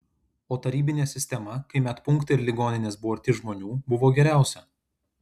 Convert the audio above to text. o tarybinė sistema kai medpunktai ir ligoninės buvo arti žmonių buvo geriausia